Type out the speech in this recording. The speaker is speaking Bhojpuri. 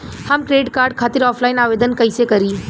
हम क्रेडिट कार्ड खातिर ऑफलाइन आवेदन कइसे करि?